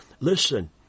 Listen